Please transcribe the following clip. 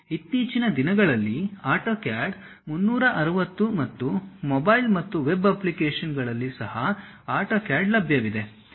ಇತ್ತೀಚಿನ ದಿನಗಳಲ್ಲಿ ಆಟೋಕ್ಯಾಡ್ 360 ಮತ್ತು ಮೊಬೈಲ್ ಮತ್ತು ವೆಬ್ ಅಪ್ಲಿಕೇಶನ್ ಗಳಲ್ಲಿ ಸಹ ಆಟೋಕ್ಯಾಡ್ ಲಭ್ಯವಿದೆ